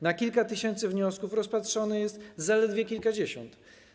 Na kilka tysięcy wniosków rozpatrzonych jest zaledwie kilkadziesiąt.